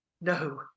No